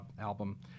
album